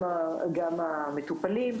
גם המטופלים.